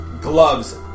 gloves